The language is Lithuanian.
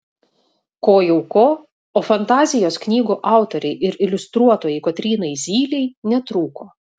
ko jau ko o fantazijos knygų autorei ir iliustruotojai kotrynai zylei netrūko